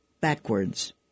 backwards